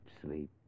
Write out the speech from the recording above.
sleep